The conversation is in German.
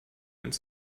ins